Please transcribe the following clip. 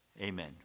Amen